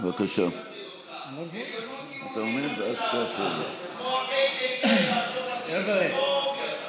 כמו ה-KKK בארצות הברית,